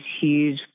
huge